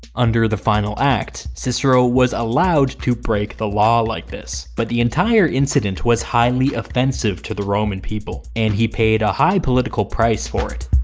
under the final act, cicero was allowed to break the law like this, but the entire incident was highly offensive to the roman people, and he paid a high political price for it.